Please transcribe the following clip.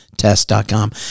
test.com